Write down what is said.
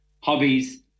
hobbies